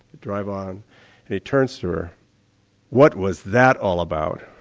drive on and he turns to her what was that all about?